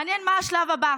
מעניין מה השלב הבא,